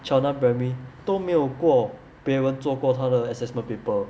chiao nan primary 都没有过别人做过他的 assessment paper